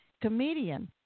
comedian